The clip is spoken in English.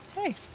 hey